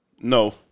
No